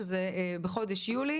שבחודש יולי